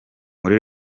muri